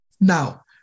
Now